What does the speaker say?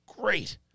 great